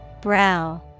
Brow